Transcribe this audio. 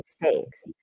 mistakes